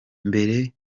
mbere